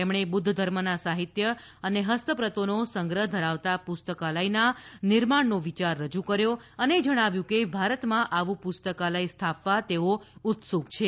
તેમણે બુધ્ધ ધર્મના સાહિત્ય અને હસ્તપ્રતોનો સંગ્રહ ધરાવતા પુસ્તકાલયના નિર્માણનો વિચાર રજૂ કર્યો અને જણાવ્યું કે ભારતમાં આવું પુસ્કાલય સ્થાપવા તેઓ ઉત્સુક છે